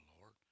Lord